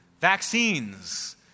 vaccines